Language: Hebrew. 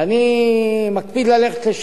אני מקפיד ללכת לשם.